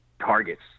targets